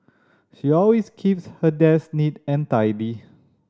she always keeps her desk neat and tidy